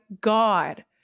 God